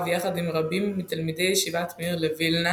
יחד עם רבים מתלמידי ישיבת מיר לווילנה